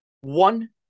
One